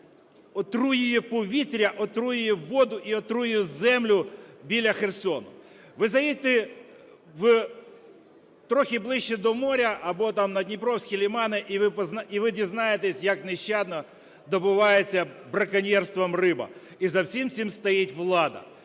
отруює воду і отруює землю біля Херсона. Ви заїдьте трохи ближче до моря або там на Дніпровські лимани - і ви дізнаєтесь, як нещадно добувається браконьєрством риба. І за всім цим стоїть влада.